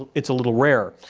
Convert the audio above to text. it's a little rarer.